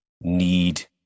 need